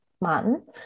Martin